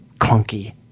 clunky